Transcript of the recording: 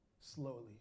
slowly